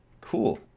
cool